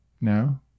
No